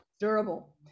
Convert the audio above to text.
Durable